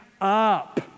up